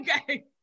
Okay